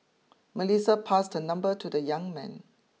Melissa passed her number to the young man